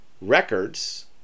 records